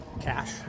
cash